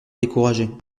décourager